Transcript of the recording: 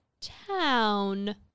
town